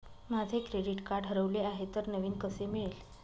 माझे credit card हरवले आहे तर नवीन कसे मिळेल?